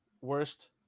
worst